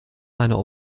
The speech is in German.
einer